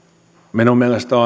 minun mielestäni